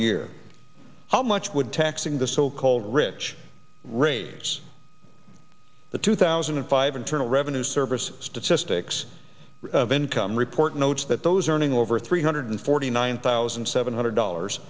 year how much would taxing the so called rich raise the two thousand and five internal revenue service statistics of income report notes that those earning over three hundred forty nine thousand seven hundred dollars